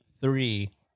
three